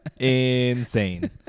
Insane